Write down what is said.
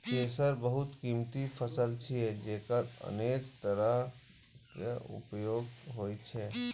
केसर बहुत कीमती फसल छियै, जेकर अनेक तरहक उपयोग होइ छै